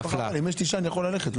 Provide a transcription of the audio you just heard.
הרביזיה הוסרה.